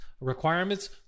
requirements